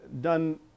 done